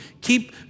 keep